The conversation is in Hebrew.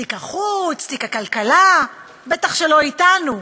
תיק החוץ, תיק הכלכלה, בטח שלא אתנו,